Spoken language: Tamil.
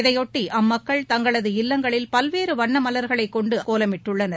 இதையொட்டி அம்மக்கள் தங்களது இல்லங்களில் பல்வேறு வண்ண மல்களை கொண்டு கோலமிட்டுள்ளன்